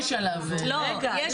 רגע,